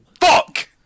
Fuck